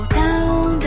down